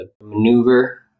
maneuver